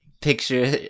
picture